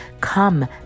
Come